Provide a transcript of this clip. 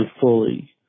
fully